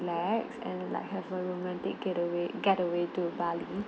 relax and like have a romantic getaway getaway to bali